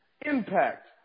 impact